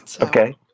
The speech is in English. Okay